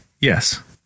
Yes